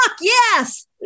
yes